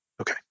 okay